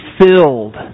filled